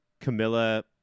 Camilla